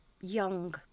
young